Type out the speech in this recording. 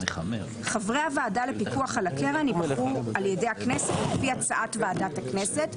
חברי הוועדה לפיקוח על הקרן ייבחרו על ידי הכנסת על פי הצעת ועדת הכנסת,